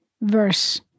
verse